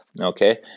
okay